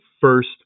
first